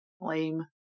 Lame